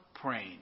praying